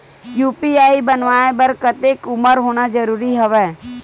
UPI बनवाय बर कतेक उमर होना जरूरी हवय?